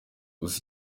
gusa